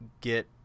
get